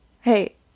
Hey